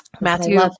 Matthew